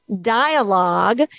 dialogue